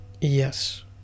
Yes